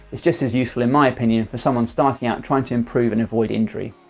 it's just as useful in my opinion for someone starting out trying to improve and avoid injury.